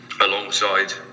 Alongside